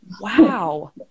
wow